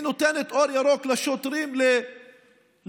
היא נותנת אור ירוק לשוטרים להמשיך